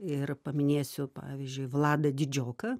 ir paminėsiu pavyzdžiui vladą didžioką